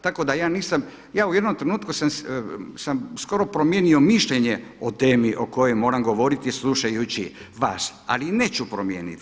Tako da ja nisam, ja u jednom trenutku sam skoro promijenio mišljenje o temi o kojoj moram govoriti slušajući vas, ali neću promijeniti.